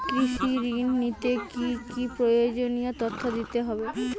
কৃষি ঋণ নিতে কি কি প্রয়োজনীয় তথ্য দিতে হবে?